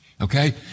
Okay